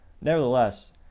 Nevertheless